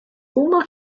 uma